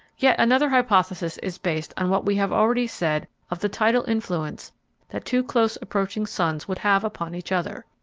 yet another hypothesis is based on what we have already said of the tidal influence that two close approaching suns would have upon each other.